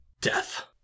Death